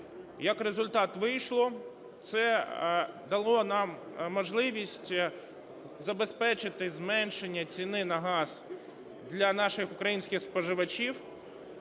як результат - вийшло. Це дало нам можливість забезпечити зменшення ціни на газ для наших українських споживачів